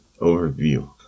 overview